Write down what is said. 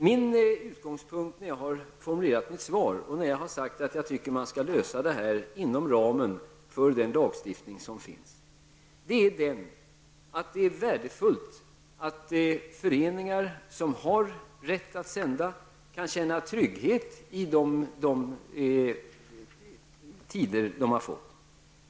Min utgångspunkt när jag har formulerat mitt svar och när jag har sagt att detta skall lösas inom ramen för den lagstiftning som finns är, att det är värdefullt att föreningar som har rätt att sända kan känna trygghet i de tider de har fått.